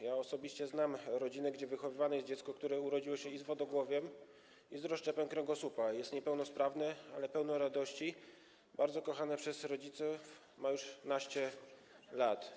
Ja osobiście znam rodzinę, w której wychowywane jest dziecko, które urodziło się i z wodogłowiem, i z rozszczepem kręgosłupa, jest niepełnosprawne, ale pełne radości, bardzo kochane przez rodziców, ma już naście lat.